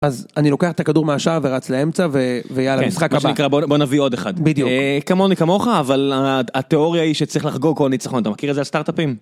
אז אני לוקח את הכדור מהשער ורץ לאמצע, ויאללה משחק הבא. מה שנקרא, בוא נביא עוד אחד. בדיוק. כמוני כמוך אבל התיאוריה היא שצריך לחגוג כל ניצחון, אתה מכיר את זה על סטארטאפים?